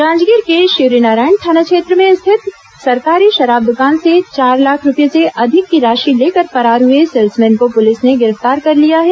जांजगीर के शिवरीनारायण थाना क्षेत्र में स्थित सरकारी शराब दुकान से चार लाख रूपये से अधिक की राशि लेकर फरार हुए सेल्समैन को पुलिस ने गिरफ्तार कर लिया है